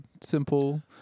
simple